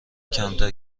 کمتر